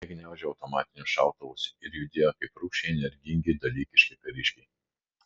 jie gniaužė automatinius šautuvus ir judėjo kaip rūsčiai energingi dalykiški kariškiai